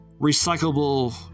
recyclable